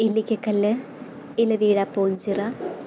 Illikkakallu Ilaveezhapoonchira